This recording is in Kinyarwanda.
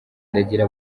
ndagira